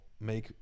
make